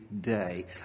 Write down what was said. day